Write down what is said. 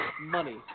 money